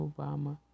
Obama